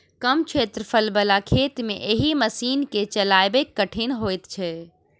कम क्षेत्रफल बला खेत मे एहि मशीन के चलायब कठिन होइत छै